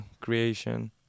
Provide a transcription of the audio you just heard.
creation